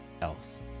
else